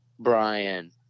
Brian